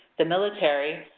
the military,